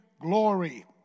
glory